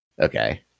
okay